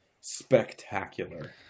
spectacular